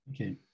Okay